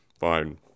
fine